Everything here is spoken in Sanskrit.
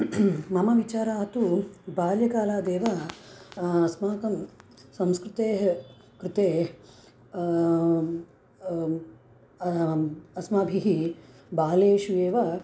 मम विचारा तु बाल्यकालादेव अस्माकं संस्कृतेः कृते अस्माभिः बालेषु एव